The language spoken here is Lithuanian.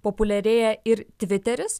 populiarėja ir tviteris